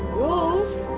rose?